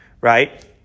right